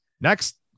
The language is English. Next